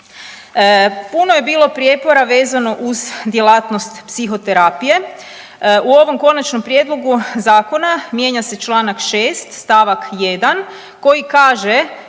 Puno je bilo prijepora vezano uz djelatnost psihoterapije. U ovom konačnom prijedlogu zakona mijenja se čl. 6. st. 1. koji kaže